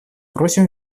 просим